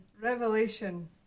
revelation